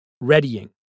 Readying